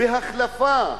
בהחלפה,